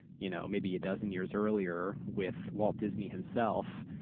you know maybe a dozen years earlier with walt disney himself.